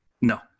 No